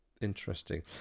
Interesting